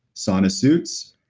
sauna suits,